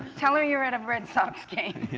tell her you're at a red sox game.